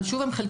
אבל הם חלקיים.